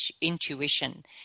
intuition